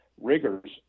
rigors